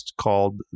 called